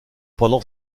pendant